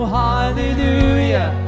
hallelujah